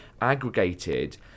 aggregated